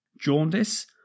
Jaundice